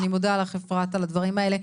אני מודה לך אפרת על הדברים האלה.